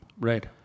Right